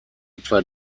etwa